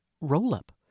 roll-up